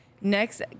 Next